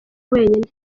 wenyine